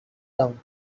down